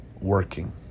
working